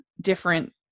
different